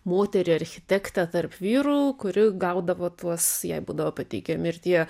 moterį architektę tarp vyrų kuriu gaudavo tuos jai būdavo pateikiami ir tie